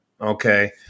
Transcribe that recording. okay